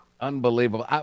Unbelievable